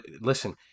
listen